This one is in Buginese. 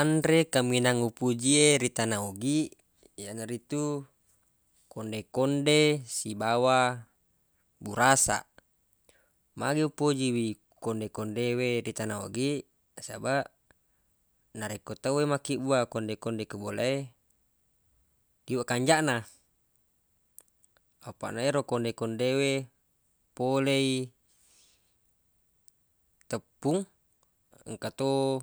Anre kaminang upojie ri tana ogi yanaritu konde-konde sibawa burasaq magi upoji wi konde-konde we ki tana ogi nasabaq narekko toe makkibbuaq konde-konde ki bola e liweq kanjaq na apaq na ero konde-konde we polei teppung engka to